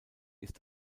ist